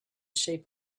shape